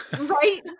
Right